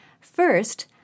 First